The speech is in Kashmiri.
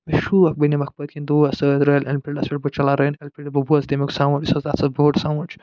مےٚ چھُ شوق بہٕ نِمکھ پٔتۍکِنۍ دوس سۭتۍ رایل اٮ۪نفیٖلڈس پٮ۪ٹھ بہٕ چَلاو رایل اٮ۪نفیٖلڈٕ بہٕ بوزٕ تَمیُک سَوُنٛڈ یُس حظ تَتھ سُہ بوٚڈ سوُن چھُ